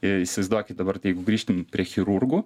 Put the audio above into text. ir įsivaizduokit dabar jeigu grįžtum prie chirurgų